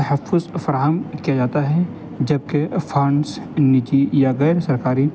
تحفظ فراہم کیا جاتا ہے جبکہ نجی یا غیر سرکاری